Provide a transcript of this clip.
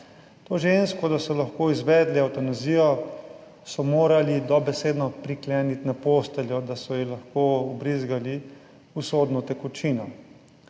To žensko, da so lahko izvedli evtanazijo, so morali dobesedno prikleniti na posteljo, da so ji lahko vbrizgali usodno tekočino.